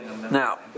Now